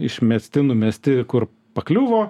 išmesti numesti kur pakliuvo